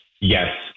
yes